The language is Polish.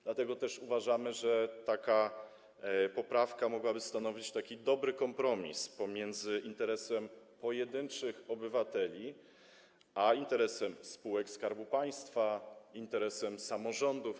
Dlatego uważamy, że taka poprawka mogłaby stanowić dobry kompromis pomiędzy interesem pojedynczych obywateli a interesem spółek Skarbu Państwa, interesem samorządów.